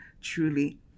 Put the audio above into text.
truly